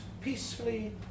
peacefully